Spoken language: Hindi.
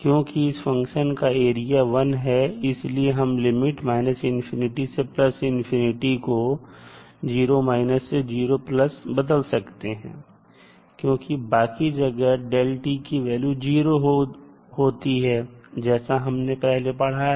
क्योंकि इस फंक्शन का एरिया 1 होगा इसलिए हम लिमिट से को 0 से 0 बदल सकते हैं क्योंकि बाकी जगह पर की वैल्यू 0 होती है जैसा हमने पहले पड़ा है